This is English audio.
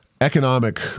economic